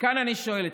וכאן אני שואל אתכם: